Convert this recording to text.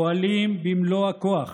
פועלים במלוא הכוח